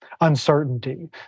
Uncertainty